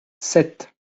sept